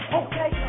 okay